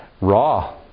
raw